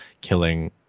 killing